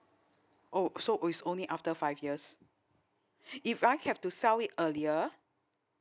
oh so is only after five years if I have to sell it earlier